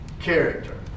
character